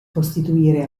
costituire